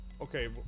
okay